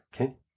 Okay